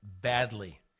badly